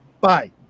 Bye